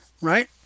right